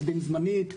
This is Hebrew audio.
עובדים זמנית,